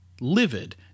Livid